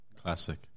classic